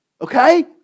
Okay